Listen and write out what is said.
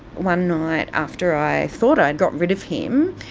one night after i thought i'd got rid of him.